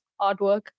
artwork